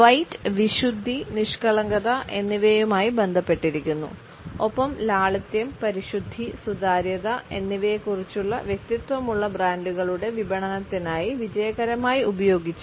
white വിശുദ്ധി നിഷ്കളങ്കത എന്നിവയുമായി ബന്ധപ്പെട്ടിരിക്കുന്നു ഒപ്പം ലാളിത്യം പരിശുദ്ധി സുതാര്യത എന്നിവയെക്കുറിച്ചുള്ള വ്യക്തിത്വമുള്ള ബ്രാൻഡുകളുടെ വിപണനത്തിനായി വിജയകരമായി ഉപയോഗിച്ചു